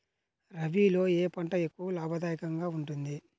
రబీలో ఏ పంట ఎక్కువ లాభదాయకంగా ఉంటుంది?